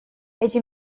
эти